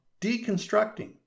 deconstructing